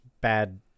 bad